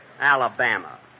Alabama